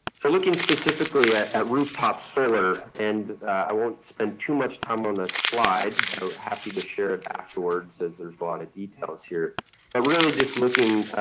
so, looking specifically at at rooftop solar and i won't spend too much time on this slide i'll be happy to share it afterwards as there's a lot of details here. but really, just looking